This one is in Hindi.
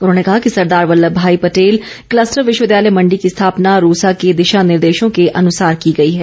उन्होंने कहा कि सरदार वल्लम भाई पटेल कलस्टर विश्वविद्यालय मंडी की स्थापना रूसा के दिशा निर्देशों के अनुसार की गई है